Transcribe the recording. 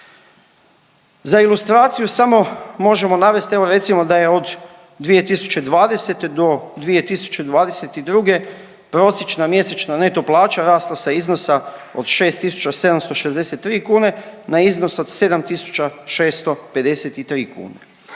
Za ilustraciju samo možemo navest, evo recimo da je od 2020. do 2022. prosječna mjesečna neto plaća rasla sa iznosa od 6.763 kune na iznos od 7.653 kune.